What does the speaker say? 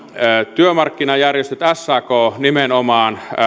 työmarkkinajärjestöt sak nimenomaan